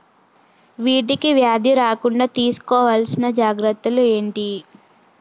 వీటికి వ్యాధి రాకుండా తీసుకోవాల్సిన జాగ్రత్తలు ఏంటియి?